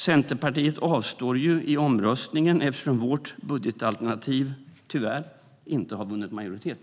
Centerpartiet kommer att avstå i omröstningen, eftersom vårt budgetalternativ tyvärr inte har vunnit majoritet.